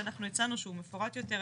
שאנחנו הצענו שהוא מפורט יותר,